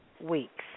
weeks